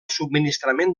subministrament